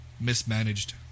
mismanaged